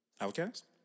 Outcast